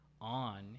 on